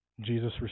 Jesus